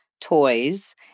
toys